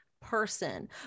person